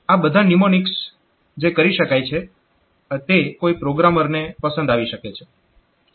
આ બધા ન્યુમોનિક્સ જે કરી શકાય છે તે કોઈ પ્રોગ્રામરને પસંદ આવી શકે છે